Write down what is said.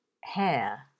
hair